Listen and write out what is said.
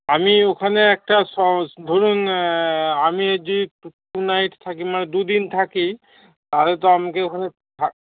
আমি ওখানে একটা ধরুন আমি যদি টু নাইট থাকি মানে দু দিন থাকি তাহলে তো আমাকে ওখানে থাক